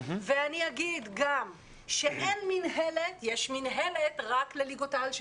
אני גם אוסיף שיש מינהלת רק לליגות העל של